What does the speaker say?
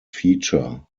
feature